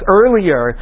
earlier